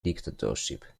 dictatorship